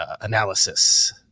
analysis